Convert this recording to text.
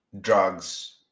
drugs